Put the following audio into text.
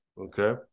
Okay